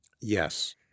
Yes